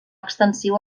extensiu